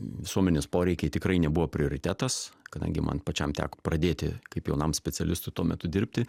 visuomenės poreikiai tikrai nebuvo prioritetas kadangi man pačiam teko pradėti kaip jaunam specialistui tuo metu dirbti